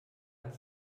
hat